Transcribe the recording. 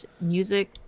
music